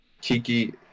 Kiki